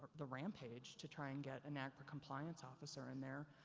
the rampage, to try and get a nacra compliance officer in there.